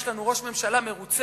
יש לנו ראש ממשלה מרוצה,